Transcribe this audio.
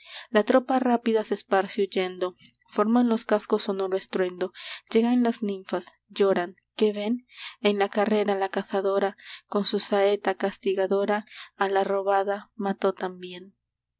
la tropa rápida se esparce huyendo forman los cascos sonoro estruendo llegan las ninfas lloran qué ven en la carrera la cazadora con su saeta castigadora a la robada mató también